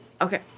okay